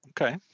Okay